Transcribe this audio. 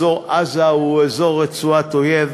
אזור רצועת-עזה הוא אזור אויב.